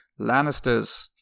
Lannisters